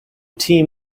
team